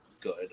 good